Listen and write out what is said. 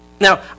Now